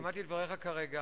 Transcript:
שמעתי את דבריך כרגע,